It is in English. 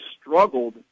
struggled